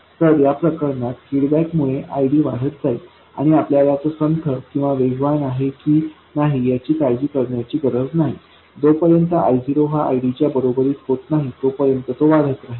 तर या प्रकरणात फीडबॅक मुळे ID वाढत जाईल आपल्याला तो संथ किंवा वेगवान आहे की नाही याची काळजी करण्याची गरज नाही जोपर्यंत I0 हा ID च्या बरोबरीचा होत नाही तोपर्यंत तो वाढत राहिल